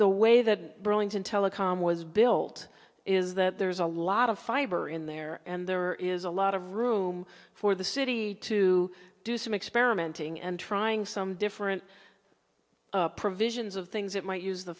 way that burlington telecom was built is that there's a lot of fiber in there and there is a lot of room for the city to do some experimenting and trying some different provisions of things that might use the